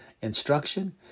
instruction